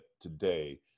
today